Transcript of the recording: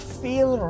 feel